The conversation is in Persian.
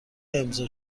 امضا